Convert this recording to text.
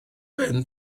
ben